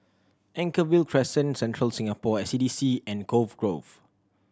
Anchorvale Crescent Central Singapore S D C and Cove Grove